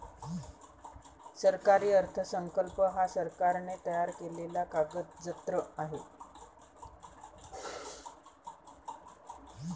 सरकारी अर्थसंकल्प हा सरकारने तयार केलेला कागदजत्र आहे